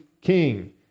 king